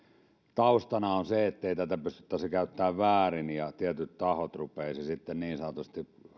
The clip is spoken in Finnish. taustana on se ettei tätä pystyttäisi käyttämään väärin ja tietyt tahot rupeaisi sitten niin sanotusti